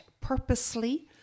purposely